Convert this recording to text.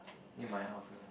near my house